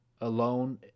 alone